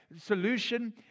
solution